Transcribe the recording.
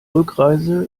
rückreise